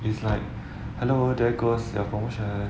it's like hello there goes your promotion